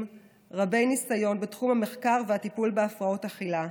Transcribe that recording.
ורבי ניסיון בתחום המחקר והטיפול בהפרעות אכילה.